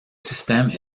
système